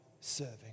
serving